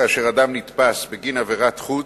כאשר אדם נתפס בגין עבירת חוץ,